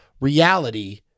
reality